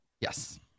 Yes